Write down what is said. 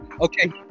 Okay